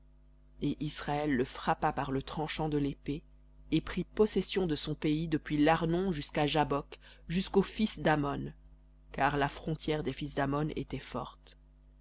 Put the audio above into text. et israël le frappa par le tranchant de l'épée et prit possession de son pays depuis l'arnon jusqu'au jabbok jusqu'aux fils d'ammon car la frontière des fils d'ammon était forte